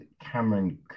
Cameron